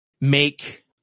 make